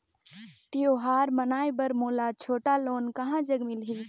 त्योहार मनाए बर मोला छोटा लोन कहां जग मिलही?